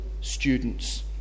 students